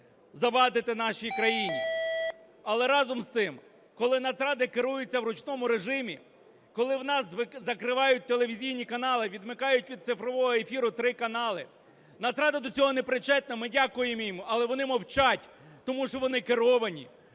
завадити нашій країні. Але разом з тим, коли Нацрада керується в ручному режимі, коли в нас закривають телевізійні канали, відмикають від цифрового ефіру три канали, Нацрада до цього не причетна. Ми дякуємо їм, але вони мовчать, тому що вони керовані.